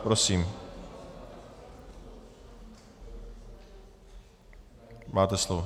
Prosím máte slovo.